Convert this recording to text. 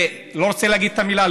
אני לא רוצה להגיד את המילה,